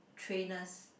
trainers